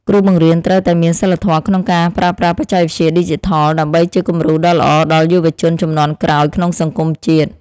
គ្រូបង្រៀនត្រូវតែមានសីលធម៌ក្នុងការប្រើប្រាស់បច្ចេកវិទ្យាឌីជីថលដើម្បីជាគំរូដ៏ល្អដល់យុវជនជំនាន់ក្រោយក្នុងសង្គមជាតិ។